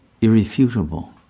irrefutable